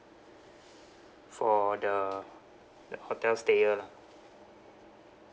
for the like hotel stayer lah